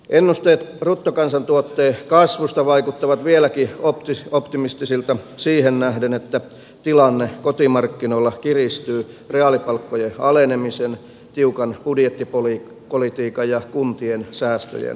ennusteet bruttokansantuotteen kasvusta vaikuttavat vieläkin optimistisilta siihen nähden että tilanne kotimarkkinoilla kiristyy reaalipalkkojen alenemisen tiukan budjettipolitiikan ja kuntien säästöjen vuoksi